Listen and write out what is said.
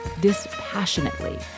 dispassionately